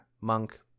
Monk